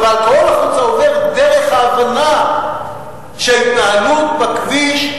והאלכוהול החוצה עוברת דרך ההבנה של ההתנהלות בכביש,